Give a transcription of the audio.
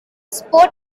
sport